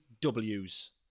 W's